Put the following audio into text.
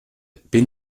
bin